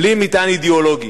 בלי מטען אידיאולוגי,